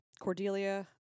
Cordelia